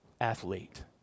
athlete